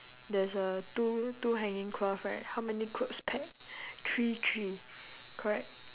there's uh two two hanging cloth right how many clothes peg three three correct